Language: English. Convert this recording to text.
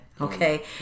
okay